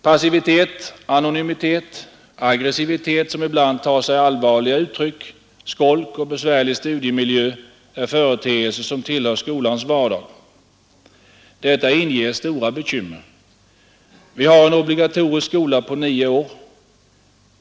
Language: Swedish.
Passivitet, anonymitet, aggressivitet, som ibland tar sig allvarliga uttryck, skolk och besvärlig studiemiljö är företeelser som tillhör skolans vardag. Detta inger stora bekymmer. Vi har en obligatorisk skola på nio år.